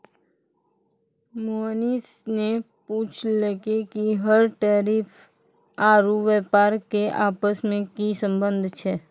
मोहनीश ने पूछलकै कि कर टैरिफ आरू व्यापार के आपस मे की संबंध छै